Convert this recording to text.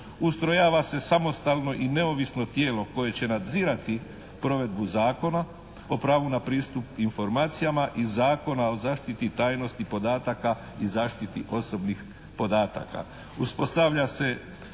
ustrojava se samostalno i neovisno tijelo koje će nadzirati provedbu Zakona o pravu na pristup informacijama i Zakona o zaštiti tajnosti podataka i zaštiti osobnih podataka.